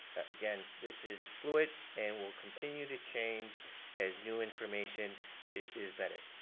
again, this is fluid and will continue to change as new information is is vetted.